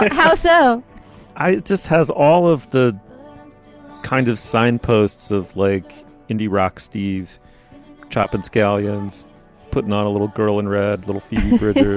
but so i just has all of the kind of signposts of like indie rock, steve chopard skeleton's putting on a little girl and red little fieldworkers.